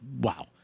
wow